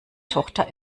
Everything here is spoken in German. tochter